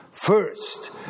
First